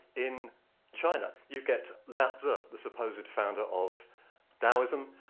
in china you get lao tzu, the supposed founder of taoism,